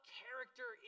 character